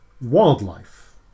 wildlife